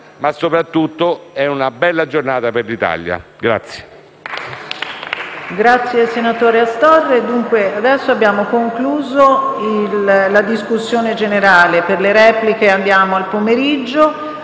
ma, soprattutto, è una bella giornata per l'Italia.